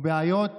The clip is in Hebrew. או בעיות